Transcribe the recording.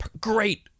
Great